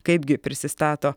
kaipgi prisistato